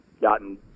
gotten –